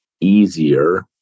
easier